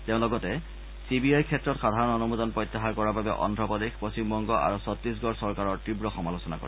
তেওঁ লগতে C B আইৰ ক্ষেত্ৰত সাধাৰণ অনুমোদন প্ৰত্যাহাৰ কৰাৰ বাবে অদ্ধপ্ৰদেশ পশ্চিমবংগ আৰু চত্তিশগড় চৰকাৰৰ তীৱ সমালোচনা কৰে